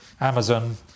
Amazon